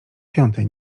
piątej